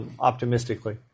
optimistically